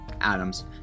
Adams